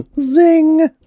Zing